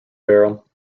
barrel